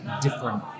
different